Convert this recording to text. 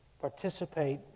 participate